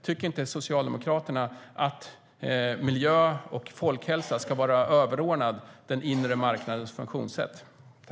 Tycker inte Socialdemokraterna att miljö och folkhälsa ska vara överordnade den inre marknadens funktionssätt?